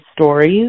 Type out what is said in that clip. stories